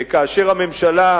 כאשר הממשלה,